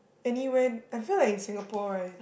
anywhen I feel like in Singapore right